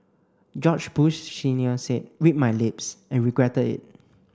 George Bush Senior said 'read my lips' and regretted it